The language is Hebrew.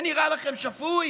נראה לכם שפוי